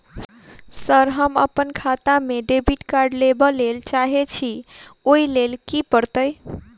Sir हम अप्पन खाता मे डेबिट कार्ड लेबलेल चाहे छी ओई लेल की परतै?